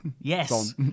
Yes